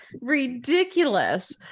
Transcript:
ridiculous